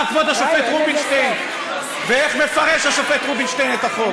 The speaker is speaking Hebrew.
כבוד השופט רובינשטיין ואיך מפרש השופט רובינשטיין את החוק.